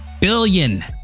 billion